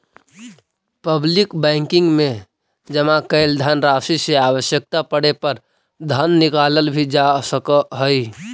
public banking में जमा कैल धनराशि से आवश्यकता पड़े पर धन निकालल भी जा सकऽ हइ